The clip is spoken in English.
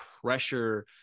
pressure